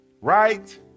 right